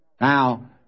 Now